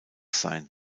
sein